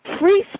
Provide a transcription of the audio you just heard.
free